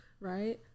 right